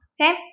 Okay